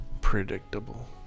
Predictable